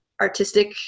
artistic